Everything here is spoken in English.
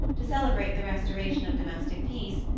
to celebrate the restoration of domestic peace,